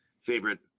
favorite